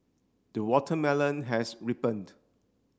the watermelon has ripened